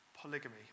Polygamy